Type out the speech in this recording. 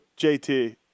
JT